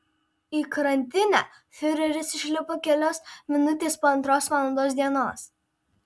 į krantinę fiureris išlipo kelios minutės po antros valandos dienos